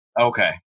Okay